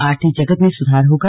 आर्थिक जगत में सुधार होगा